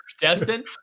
Destin